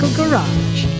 garage